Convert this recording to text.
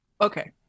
Okay